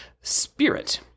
Spirit